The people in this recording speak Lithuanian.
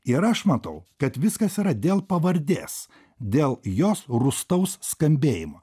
ir aš matau kad viskas yra dėl pavardės dėl jos rūstaus skambėjimo